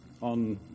on